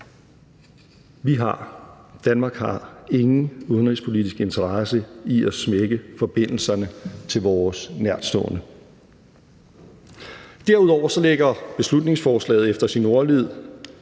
Danmark har ingen udenrigspolitisk interesse i at smække døren i og bryde forbindelserne til vores nærtstående. Derudover lægger beslutningsforslaget efter sin ordlyd